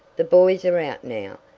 the boys are out now,